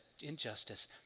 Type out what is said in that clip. injustice